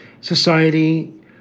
society